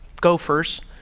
gophers